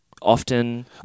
often